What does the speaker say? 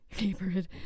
neighborhood